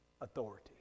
authority